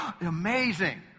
amazing